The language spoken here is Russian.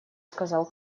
сказал